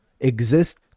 exist